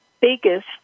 biggest